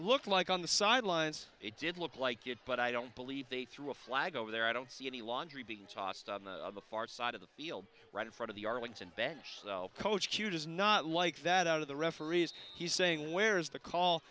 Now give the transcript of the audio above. looked like on the sidelines it did look like it but i don't believe they threw a flag over there i don't see any laundry being tossed on the far side of the field right in front of the arlington bench coach q does not like that out of the referee's he's saying where's the call